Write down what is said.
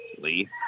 Lee